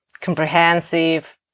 comprehensive